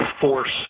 force